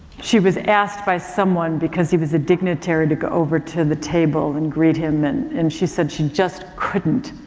she was asked by someone because he was a dignitary to go over to the table and greet him and, and she said she just couldn't.